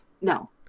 No